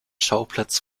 schauplatz